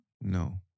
No